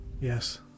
yes